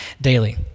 daily